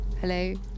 Hello